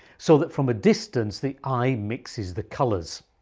so that from a distance the eye mixes the colours.